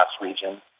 region